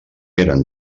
eren